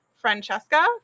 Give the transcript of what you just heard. Francesca